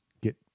get